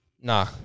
Nah